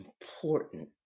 important